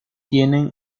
tienen